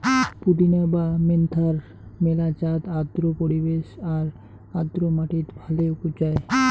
পুদিনা বা মেন্থার মেলা জাত আর্দ্র পরিবেশ আর আর্দ্র মাটিত ভালে উবজায়